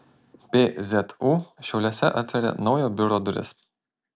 pzu šiauliuose atveria naujo biuro duris